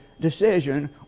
decision